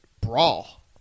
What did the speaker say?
brawl